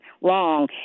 long